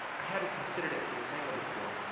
i hadn't considered it from this angle before.